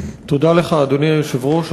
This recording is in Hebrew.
תודה לך, אדוני היושב-ראש.